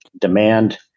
demand